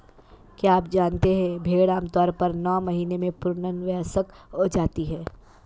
क्या आप जानते है भेड़ आमतौर पर नौ महीने में पूर्ण वयस्क हो जाती है?